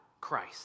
Christ